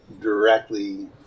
directly